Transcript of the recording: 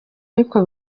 ariko